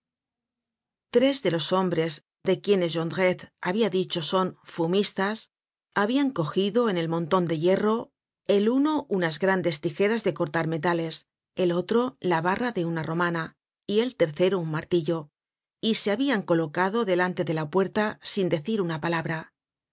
tres de los hombres de quienes jondrette habia dicho son fumistas habian cogido en el monton de hierro el uno unas grandes tijeras de cortar metales el otro la barra de una romana y el tercero un martillo y se habian colocado delante de la puerta sin decir una palabra